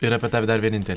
ir apie tą dar vienintel